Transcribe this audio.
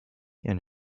and